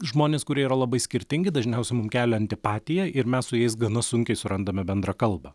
žmonės kurie yra labai skirtingi dažniausiai mum kelia antipatiją ir mes su jais gana sunkiai surandame bendrą kalbą